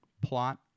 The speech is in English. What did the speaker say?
plot